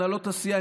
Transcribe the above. מנהלות הסיעה,